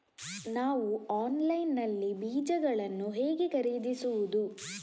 ನಾವು ಆನ್ಲೈನ್ ನಲ್ಲಿ ಬೀಜಗಳನ್ನು ಹೇಗೆ ಖರೀದಿಸುವುದು?